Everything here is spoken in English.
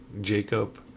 Jacob